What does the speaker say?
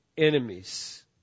enemies